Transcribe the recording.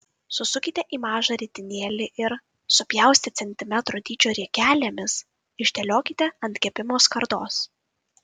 susukite į mažą ritinėlį ir supjaustę centimetro dydžio riekelėmis išdėliokite ant kepimo skardos